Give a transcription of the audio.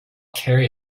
carry